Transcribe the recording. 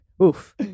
Oof